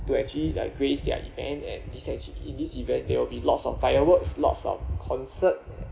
to actually like grace their event and it's actually in this event there will be lots of fireworks lots of concert